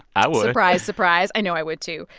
i would surprise, surprise. i know. i would, too.